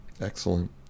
Excellent